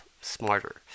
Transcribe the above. smarter